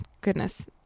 goodness